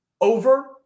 over